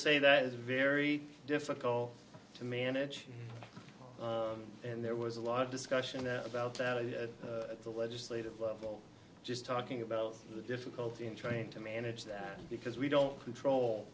say that is very difficult to manage and there was a lot of discussion about that at the legislative level just talking about the difficulty in trying to manage that because we don't control